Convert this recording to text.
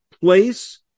place